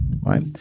right